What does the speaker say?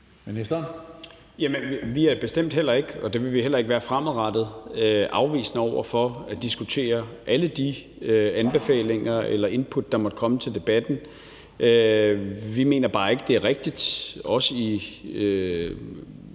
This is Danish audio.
Hummelgaard): Vi er bestemt heller ikke – og det vil vi heller ikke være fremadrettet – afvisende over for at diskutere alle de anbefalinger eller input, der måtte komme til debatten. Vi mener bare ikke, det er rigtigt eller i